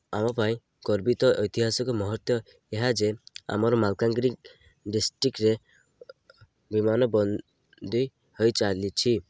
ଆମ ପାଇଁ ଗର୍ବିତ ଐତିହାସିକ ମୁହୂର୍ତ୍ତ ଏହା ଯେ ଆମର ମାଲକାନଗିରି ଡିଷ୍ଟ୍ରିକ୍ରେ ବିମାନ ବନ୍ଦୀ ହୋଇ ଚାଲିଛି